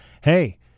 Hey